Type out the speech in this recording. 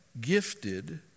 gifted